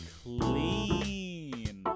clean